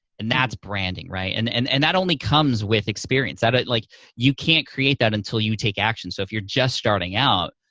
and that's branding, right? and and and that only comes with experience. ah like you can't create that until you take action, so if you're just starting out,